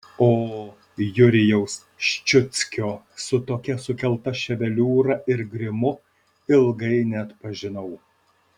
o jurijaus ščiuckio su tokia sukelta ševeliūra ir grimu ilgai neatpažinau